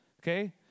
Okay